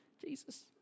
Jesus